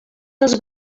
dels